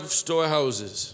storehouses